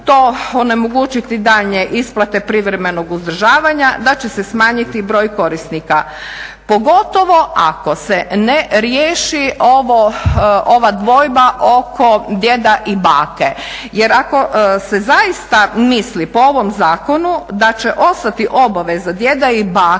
to onemogućiti daljnje isplate privremenog uzdržavanja, da će se smanjiti broj korisnika pogotovo ako se ne riješi ovo, ova dvojba oko djeda i bake. Jer ako se zaista misli po ovom zakonu da će ostati obaveza djeda i bake